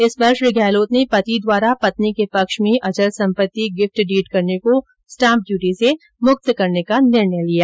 इस पर श्री गहलोत ने पति द्वारा पत्नी के पक्ष में अचल संपत्ति गिफ्ट डीड करने को स्टाम्प ड्यूटी से मुक्त करने का निर्णय लिया